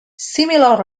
similar